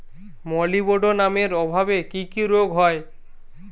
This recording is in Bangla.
মলিবডোনামের অভাবে কি কি রোগ হয়?